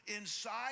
inside